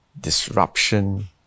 disruption